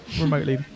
remotely